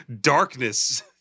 darkness